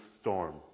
storm